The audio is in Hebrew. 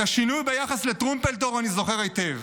את השינוי ביחס לטרומפלדור אני זוכר היטב.